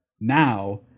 now